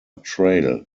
trail